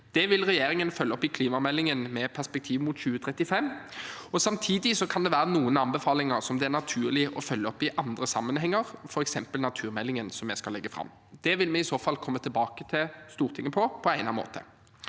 Det vil regjeringen følge opp i klimameldingen med perspektiv mot 2035. Samtidig kan det være noen anbefalinger det er naturlig å følge opp i andre sammenhenger, f.eks. naturmeldingen vi skal legge fram. Det vil vi i så fall komme tilbake til Stortinget med på egnet måte.